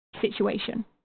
situation